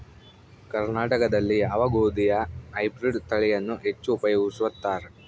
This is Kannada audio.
ಕರ್ನಾಟಕದಲ್ಲಿ ಯಾವ ಗೋಧಿಯ ಹೈಬ್ರಿಡ್ ತಳಿಯನ್ನು ಹೆಚ್ಚು ಉಪಯೋಗಿಸುತ್ತಾರೆ?